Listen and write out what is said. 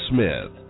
Smith